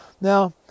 Now